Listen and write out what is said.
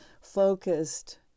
focused